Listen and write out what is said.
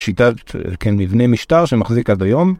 שיטת, כן, מבנה משטר שמחזיק עד היום.